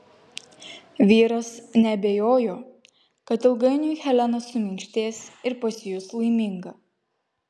vyras neabejojo kad ilgainiui helena suminkštės ir pasijus laiminga